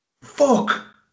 Fuck